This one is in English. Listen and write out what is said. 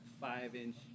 five-inch